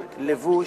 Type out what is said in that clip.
לבוש,